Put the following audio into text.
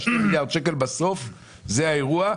2 מיליארד השקלים - בסוף זה האירוע.